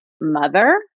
mother